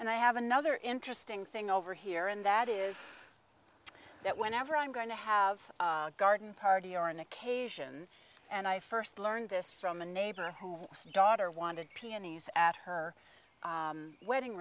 and i have another interesting thing over here and that is that whenever i'm going to have a garden party or an occasion and i first learned this from a neighbor who is daughter wanted peonies at her wedding